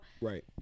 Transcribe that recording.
right